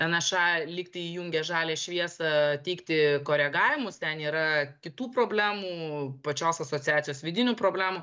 nša lyg tai įjungė žalią šviesą teikti koregavimus ten yra kitų problemų pačios asociacijos vidinių programų